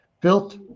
built